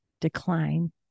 decline